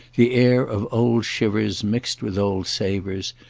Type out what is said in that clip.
the air of old shivers mixed with old savours,